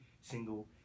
single